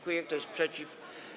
Kto jest przeciw?